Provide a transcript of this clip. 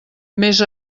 més